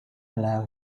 allow